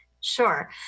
Sure